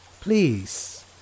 Please